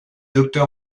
docteur